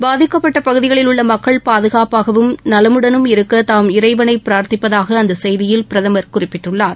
பாதிக்கப்பட்ட பகுதிகளில் உள்ள மக்கள் பாதுகாப்பாகவும் நலமுடனும் இருக்க தாம் இறைவளை பிரார்த்திப்பதாக அந்த செய்தியில் பிரதமர் குறிப்பிட்டுள்ளார்